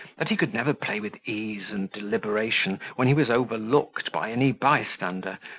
that he could never play with ease and deliberation when he was overlooked by any bystander,